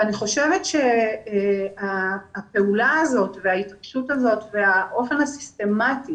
אני חושבת שהפעולה הזאת, ההתעקשות והאופן הסיסטמתי